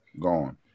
gone